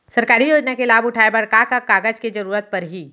सरकारी योजना के लाभ उठाए बर का का कागज के जरूरत परही